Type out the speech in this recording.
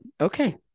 Okay